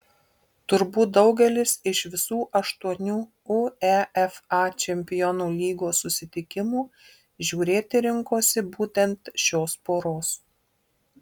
turbūt daugelis iš visų aštuonių uefa čempionų lygos susitikimų žiūrėti rinkosi būtent šios poros